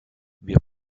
wir